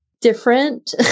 different